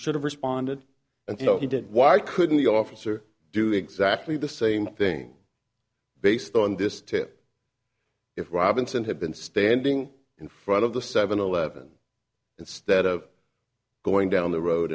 should have responded and you know he did why couldn't the officer do exactly the same thing based on this tip if robinson had been standing in front of the seven eleven instead of going down the road